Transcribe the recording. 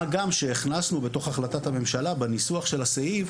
מה גם שהכנסנו בתוך החלטת הממשלה בניסוח של הסעיף,